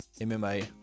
mma